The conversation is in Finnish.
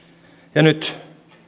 ja nyt